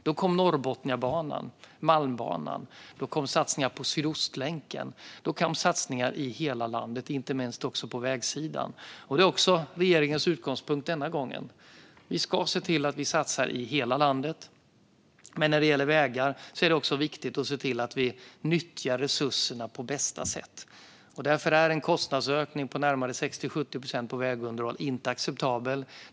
Då kom satsningar på Norrbotniabanan, Malmbanan, Sydostlänken och satsningar på vägsidan i hela landet. Det är också regeringens utgångspunkt denna gång. Vi ska se till att satsa i hela landet, men när det gäller vägar är det viktigt att se till att nyttja resurserna på bästa sätt. Därför är en kostnadsökning på 60-70 procent på vägunderhåll inte acceptabel.